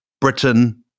Britain